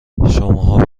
شماها